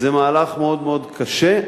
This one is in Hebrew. זה מהלך מאוד מאוד קשה.